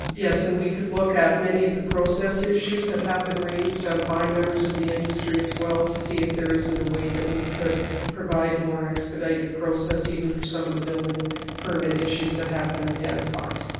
yeah so and we could look at many of the process issues that have been raised by members of the industry as well to see if there isn't a way that we could provide more expedited process even for some of the building permit issues that have been identified.